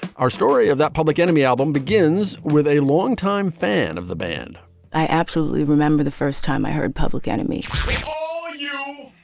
our story of that public enemy album begins with a longtime fan of the band i absolutely remember the first time i heard public enemy my yeah